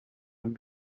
mijn